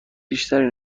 بیشتری